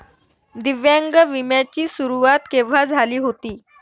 दिव्यांग विम्या ची सुरुवात केव्हा झाली होती?